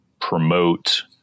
promote